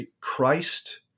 christ